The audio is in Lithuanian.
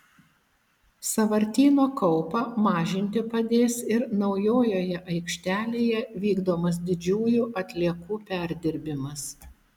sąvartyno kaupą mažinti padės ir naujojoje aikštelėje vykdomas didžiųjų atliekų perdirbimas